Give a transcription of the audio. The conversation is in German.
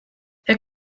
herr